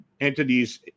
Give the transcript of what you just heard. entities